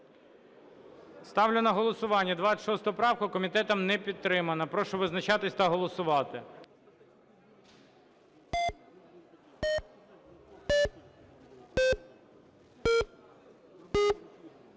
Ставлю на голосування 26 правку. Комітетом не підтримана. Прошу визначатись та голосувати.